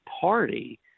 party